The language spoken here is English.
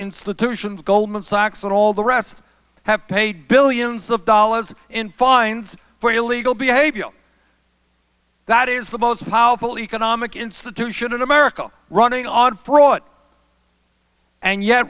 institutions goldman sachs and all the rest have paid billions of dollars in fines for illegal behavior that is the most powerful economic institution in america running on fraud and yet